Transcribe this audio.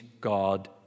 God